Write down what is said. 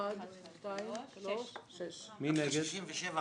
ההסתייגות (70) של סיעת המחנה הציוני